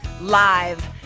Live